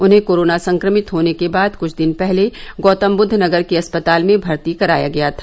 उन्हें कोरोना संक्रमित होने के बाद कुछ दिन पहले गौतमबुद्ध नगर के अस्पताल में भर्ती कराया गया था